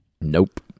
Nope